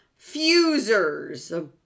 Fusers